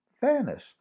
Fairness